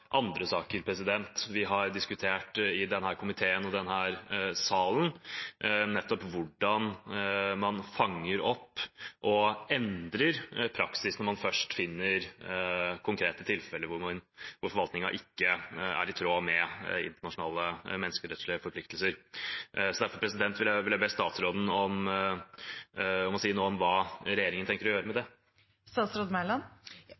andre saker vi har diskutert i denne komiteen og i denne salen – nettopp hvordan man fanger opp og endrer praksis når man først finner konkrete tilfeller hvor forvaltningen ikke er i tråd med internasjonale menneskerettslige forpliktelser. Derfor vil jeg be statsråden om å si noe om hva regjeringen tenker å gjøre med